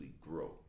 grow